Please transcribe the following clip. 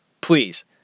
please